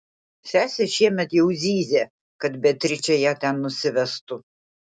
sesė šiemet jau zyzė kad beatričė ją ten nusivestų